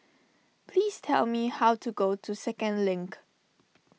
please tell me how to go to Second Link